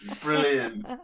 Brilliant